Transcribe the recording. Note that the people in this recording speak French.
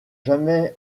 jamais